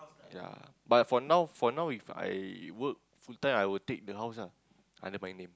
ya but for now for now If I work full time I will take the house ah under my name